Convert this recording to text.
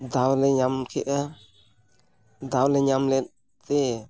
ᱫᱟᱣ ᱞᱮ ᱧᱟᱢ ᱠᱮᱫᱼᱟ ᱫᱟᱣ ᱞᱮ ᱧᱟᱢ ᱞᱮᱫ ᱛᱮ